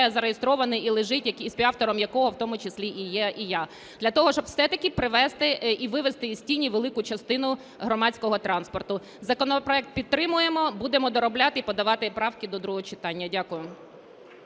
зареєстрований і лежить, співавтором якого в тому числі є і я, для того щоб все-таки привести і вивести з тіні велику частину громадського транспорту. Законопроект підтримуємо, будемо доробляти і подавати правки до другого читання. Дякую.